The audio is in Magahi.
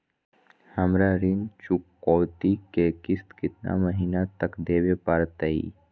हमरा ऋण चुकौती के किस्त कितना महीना तक देवे पड़तई?